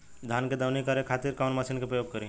धान के दवनी करे खातिर कवन मशीन के प्रयोग करी?